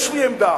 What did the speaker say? יש לי עמדה,